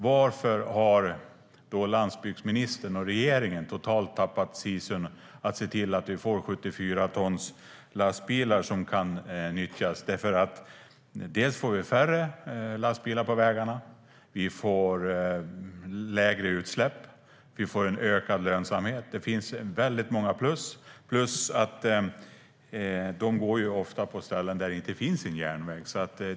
Varför har landsbygdsministern och regeringen totalt tappat sisun att se till att vi kan nyttja 74-tonslastbilar? Det gör att det blir färre lastbilar på vägarna, lägre utsläpp och ökad lönsamhet. Det finns många plus. Vidare kör dessa lastbilar på ställen där det inte finns järnväg.